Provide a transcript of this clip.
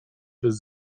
bez